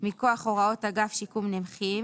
מכוח הוראות אגף שיקום נכים